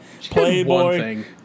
Playboy